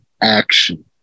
action